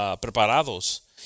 preparados